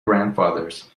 grandfathers